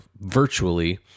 virtually